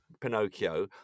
Pinocchio